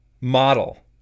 model